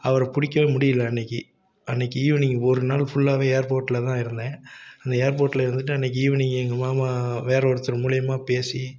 அவரை பிடிக்கவே முடியல அன்றைக்கி அன்றைக்கி ஈவினிங் ஒருநாள் ஃபுல்லாகவே ஏர்போட்டில்தான் இருந்தேன் அந்த ஏர்போட்டில் இருந்துவிட்டு அன்றைக்கி ஈவினிங் எங்கள் மாமா வேறு ஒருத்தர் மூலயமா பேசி